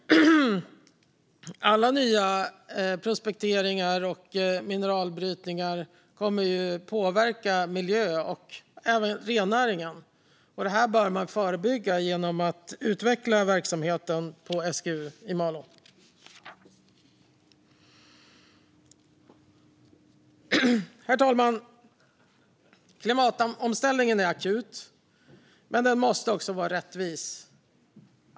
Alla nya prospekteringar och mineralbrytningar kommer ju att påverka miljön och även rennäringen. Det här bör man förebygga genom att utveckla verksamheten på SGU i Malå. Herr talman! Klimatomställningen är akut, men den måste också vara rättvis.